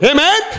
Amen